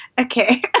okay